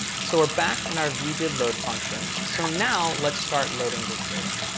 so we're back in our viewdidload function. so now let's start loading this data.